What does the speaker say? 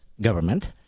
government